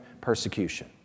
persecution